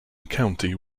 county